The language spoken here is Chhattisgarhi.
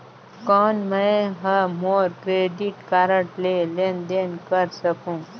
कौन मैं ह मोर क्रेडिट कारड ले लेनदेन कर सकहुं?